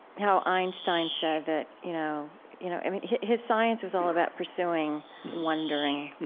how einstein said that, you know you know i mean, his science was all about pursuing wondering.